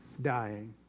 Dying